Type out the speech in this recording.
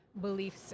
beliefs